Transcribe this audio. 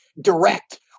direct